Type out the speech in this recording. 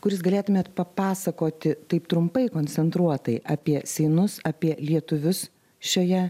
kuris jūs galėtumėt papasakoti taip trumpai koncentruotai apie seinus apie lietuvius šioje